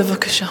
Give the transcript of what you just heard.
בבקשה.